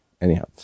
Anyhow